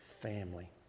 family